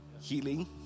healing